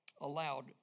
allowed